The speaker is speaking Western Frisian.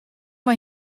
mei